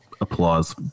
applause